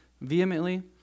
vehemently